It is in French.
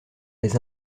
les